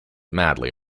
madly